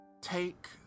take